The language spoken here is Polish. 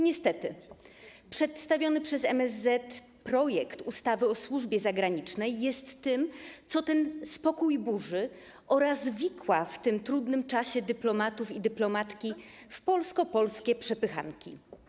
Niestety przedstawiony przez MSZ projekt ustawy o służbie zagranicznej jest tym, co ten spokój burzy oraz wikła w tym trudnym czasie dyplomatów i dyplomatki w polsko-polskie przepychanki.